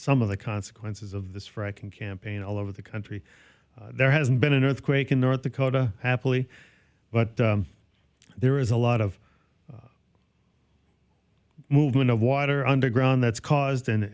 some of the consequences of this for i can campaign all over the country there hasn't been an earthquake in north dakota happily but there is a lot of movement of water underground that's caused and